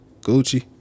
Gucci